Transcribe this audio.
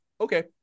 okay